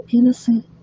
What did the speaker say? innocent